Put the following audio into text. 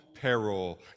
peril